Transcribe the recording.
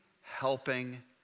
helping